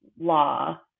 law